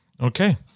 Okay